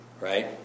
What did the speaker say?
right